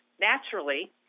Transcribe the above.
naturally